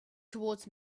towards